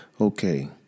Okay